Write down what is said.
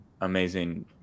amazing